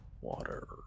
Water